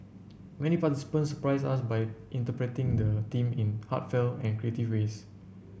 many participants surprised us by interpreting the theme in heartfelt and creative ways